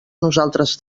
nosaltres